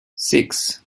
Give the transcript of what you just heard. six